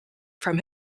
from